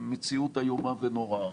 מציאות איומה ונוראה.